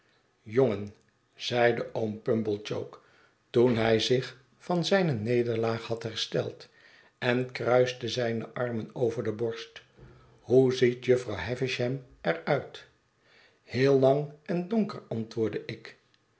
jongen zeide oom pumblechook toen hij zich van zijne nederlaag had hersteld en kruiste zijne armen over de borst hoe ziet jufvrouw havisham er uit heel lang en donker antwoordde ik